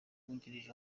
wungirije